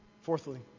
Fourthly